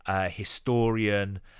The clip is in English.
historian